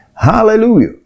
hallelujah